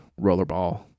rollerball